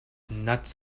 nuts